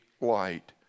light